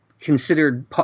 considered –